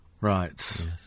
Right